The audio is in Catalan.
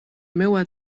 meua